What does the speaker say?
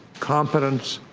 confidence,